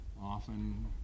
often